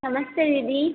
नमस्ते दीदी